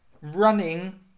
running